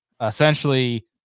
essentially